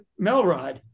Melrod